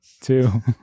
two